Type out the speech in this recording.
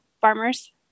farmers